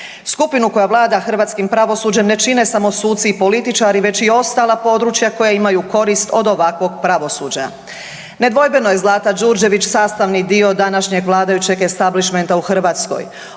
Skupinu koja vlada hrvatskim pravosuđem ne čine samo suci i političari već i ostala područja koja imaju korist od ovakvog pravosuđa. Nedvojbeno je Zlata Đurđević sastavni dio današnjeg vladajućeg establišmenta u Hrvatskoj.